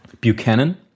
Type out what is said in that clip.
Buchanan